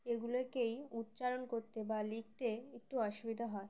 এগুলোকেই উচ্চারণ করতে বা লিখতে একটু অসুবিধা হয়